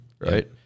right